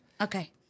Okay